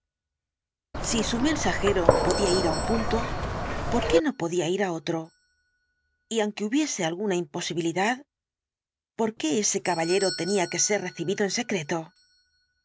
si su mensajero podía ir á un punto por qué no podía ir á otro y aunque hubiese alguna imposibilidad por qué ese caballero tenía que ser recibido en secreto